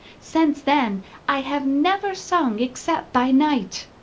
since then i have never sung except by night.